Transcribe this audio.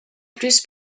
plus